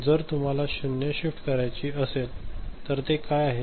जर तुम्हाला शून्य शिफ्ट करायची असेल तर ते काय आहे